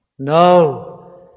No